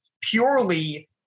purely